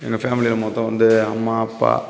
என் ஃபேமிலியில் மொத்தம் வந்து அம்மா அப்பா